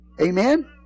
Amen